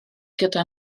gyda